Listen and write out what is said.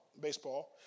baseball